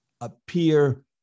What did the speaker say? appear